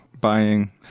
buying